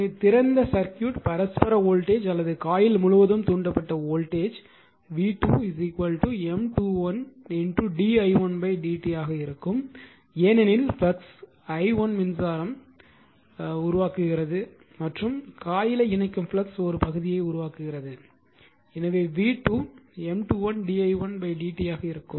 எனவே திறந்த சர்க்யூட் பரஸ்பர வோல்டேஜ் அல்லது காயில் முழுவதும் தூண்டப்பட்ட voltage v2 M21 d i1 dt ஆக இருக்கும் ஏனெனில் ஃப்ளக்ஸ் i1 மின்சாரம் i1 உருவாக்குகிறது மற்றும் காயிலை இணைக்கும் ஃப்ளக்ஸ் ஒரு பகுதியை உருவாக்குகிறது எனவே v2 M21 d i1 dt ஆக இருக்கும்